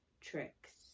tricks